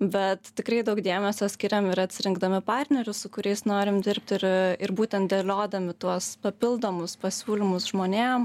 bet tikrai daug dėmesio skiriam ir atsirinkdami partnerius su kuriais norim dirbti ir ir būtent dėliodami tuos papildomus pasiūlymus žmonėm